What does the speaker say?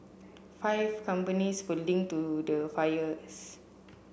five companies were linked to the fires